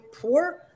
poor